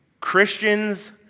Christians